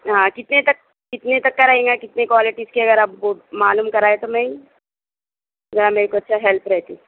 ہاں کتنے تک کتنے تک کا رہیں گا کتنے کوالٹیز کی اگر معلوم کرائے تو میں یہ میرے کو اچھا ہیلپ رہتی